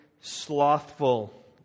slothful